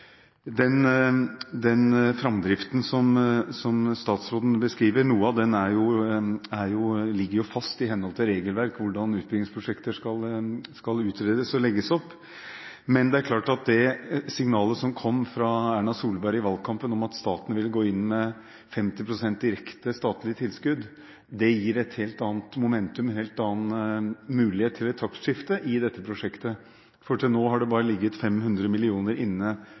den framdriften som statsråden beskriver, ligger fast i henhold til regelverk om hvordan utbyggingsprosjekter skal utredes og legges opp. Men det er klart at det signalet som kom fra Erna Solberg i valgkampen om at staten vil gå inn med 50 pst. direkte statlig tilskudd, gir et helt annet momentum, en helt annen mulighet, til et taktskifte i dette prosjektet. Til nå har det bare ligget 500 mill. kr inne